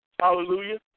hallelujah